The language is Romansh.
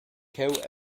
cheu